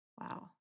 Wow